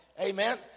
Amen